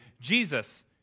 Jesus